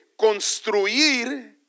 construir